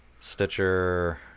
Stitcher